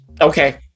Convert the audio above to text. Okay